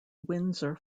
windsor